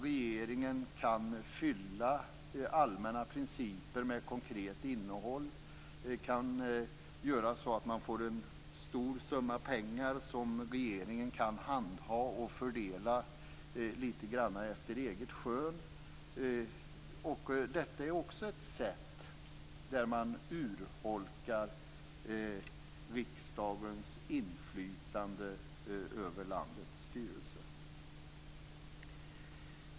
Regeringen kan alltså fylla allmänna principer med ett konkret innehåll och göra så att man får en stor summa pengar som regeringen kan handha och fördela litet grand efter eget skön. Detta är också ett sätt att urholka riksdagens inflytande över landets styrelse.